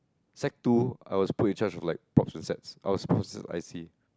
sec two I was put in charge of like props and sets I was props I_C